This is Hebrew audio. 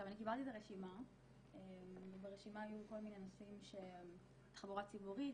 אני קיבלתי את הרשימה וברשימה היו כל מיני נושאים של תחבורה ציבורית,